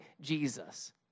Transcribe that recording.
Jesus